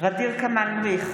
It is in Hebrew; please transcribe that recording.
ע'דיר כמאל מריח,